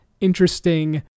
interesting